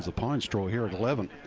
ah pine straw here at eleven.